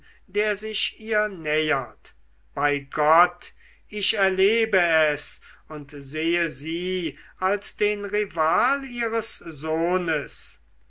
der sich ihr nähert bei gott ich erlebe es und sehe sie als den rival ihres sohnes